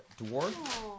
dwarf